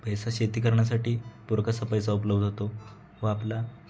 पैसा शेती करण्यासाठी पुरकसा पैसा उपलब्ध होतो व आपला